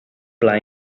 pla